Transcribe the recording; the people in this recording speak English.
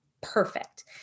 perfect